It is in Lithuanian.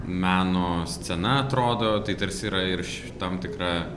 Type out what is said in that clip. meno scena atrodo tai tarsi yra ir ši tam tikra